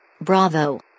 Bravo